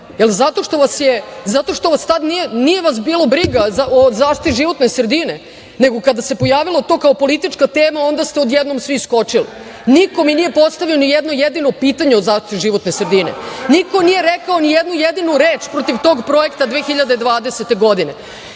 Zato što vas tada nije bilo briga o zaštiti životne sredine, nego kada se to pojavilo kao politička tema, onda ste odjednom svi skočili. Niko mi nije postavio ni jedno jedino pitanje o zaštiti životne sredine. Niko nije rekao ni jednu jedinu reč protiv tog projekta 2020. godine. Konačno